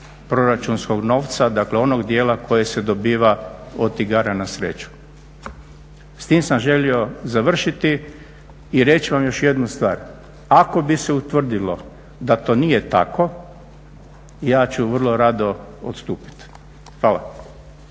proračunskog novca, dakle onog dijela koji se dobiva od igara na sreću. S tim sam želio završiti i reći vam još jednu stvar, ako bi se utvrdilo da to nije tako ja ću vrlo rado odstupiti. Hvala.